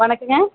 வணக்கங்க